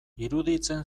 iruditzen